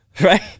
right